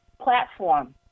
platform